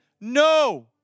No